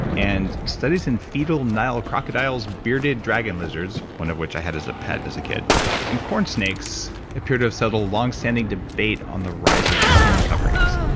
and studies in fiddle nile crocodiles, bearded dragon lizards one of which i had as a pet as a kid and corn snakes appear to have several long-standing debate on the rise of skin coverings,